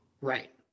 Right